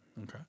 Okay